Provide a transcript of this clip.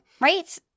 Right